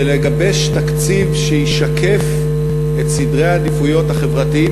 ולגבש תקציב שישקף את סדרי העדיפויות החברתיים